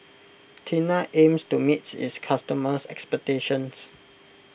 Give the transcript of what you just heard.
Tena aims to meet its customers' expectations